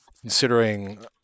considering